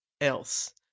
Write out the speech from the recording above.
else